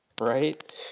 Right